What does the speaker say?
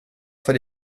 för